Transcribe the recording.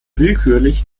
willkürlich